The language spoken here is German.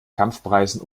kampfpreisen